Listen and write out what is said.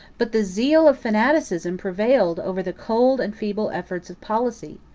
but the zeal of fanaticism prevailed over the cold and feeble efforts of policy.